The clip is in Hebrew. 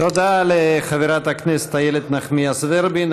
תודה לחברת הכנסת איילת נחמיאס ורבין.